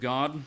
God